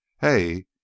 hey